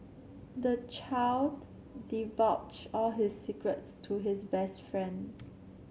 the child divulged all his secrets to his best friend